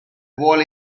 vuole